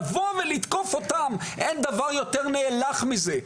לבוא ולתקוף אותם, אין דבר יותר נאלח מזה.